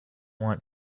want